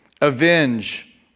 Avenge